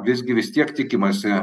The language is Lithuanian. visgi vis tiek tikimasi